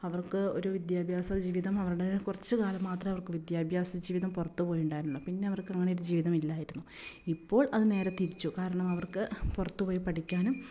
അവർക്ക് ഒരു വിദ്യാഭ്യാസ ജീവിതം അവരുടെ കുറച്ച് കാലം മാത്രമവർക്ക് വിദ്യാഭ്യാസ ജീവിതം പുറത്ത് പോയി ഉണ്ടായിരുന്നുള്ളു പിന്നെ അവർക്ക് അങ്ങനെ ഒരു ജീവിതം ഇല്ലായിരുന്നു ഇപ്പോൾ അത് നേരെ തിരിച്ചു കാരണം അവർക്ക് പുറത്ത് പോയി പഠിക്കാനും